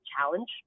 challenge